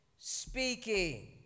speaking